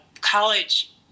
college